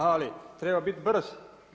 Ali treba bit brz!